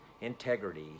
integrity